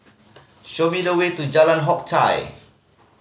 show me the way to Jalan Hock Chye